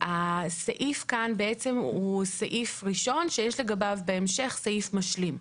הסעיף כאן הוא בעצם סעיף ראשון שיש לגביו בהמשך סעיף משלים.